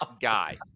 guy